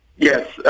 Yes